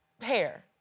hair